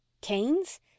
Canes